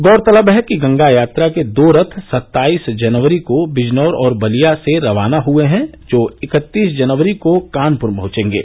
गौरतलब है कि गंगा यात्रा के दो रथ सत्ताईस जनवरी को विजनौर और बलिया से रवाना हुए हैं जो इकत्तीस जनवरी को कानपुर पहुंचेंगे